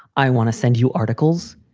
i want to send you articles.